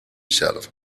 shelf